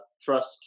trust